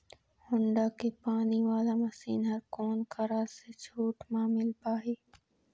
Honda के पानी वाला मशीन हर कोन करा से छूट म मिल पाही?